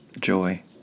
joy